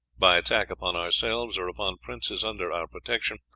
by attack upon ourselves or upon princes under our protection,